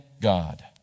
God